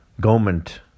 government